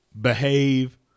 Behave